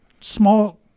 small